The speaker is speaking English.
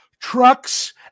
trucks